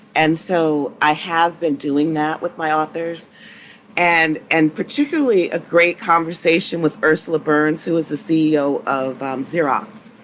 and so i have been doing that with my authors and and particularly a great conversation with ursula burns, who is the ceo of um xerox